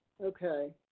Okay